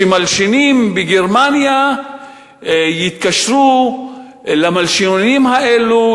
שמלשינים בגרמניה התקשרו למלשינונים האלה,